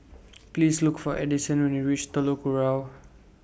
Please Look For Edison when YOU REACH Telok Kurau